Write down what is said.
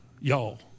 y'all